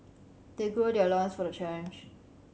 they gird their loins for the challenge